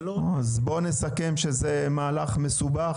אז בוא נסכם שזה מהלך מסובך.